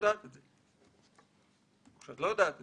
לא ידעתי